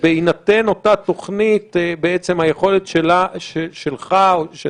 ובהינתן אותה תוכנית בעצם היכולת שלך או של